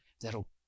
that'll